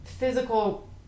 physical